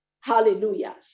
Hallelujah